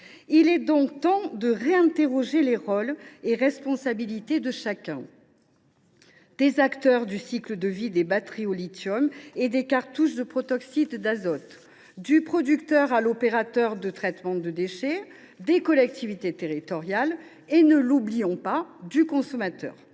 Il est donc temps de réinterroger les rôles et responsabilités de chacun : les acteurs du cycle de vie des batteries au lithium et des cartouches de protoxyde d’azote ; les producteurs et opérateurs de traitement des déchets ; les collectivités territoriales ; et – ne l’oublions pas !– le consommateur.